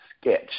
sketch